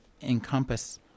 encompass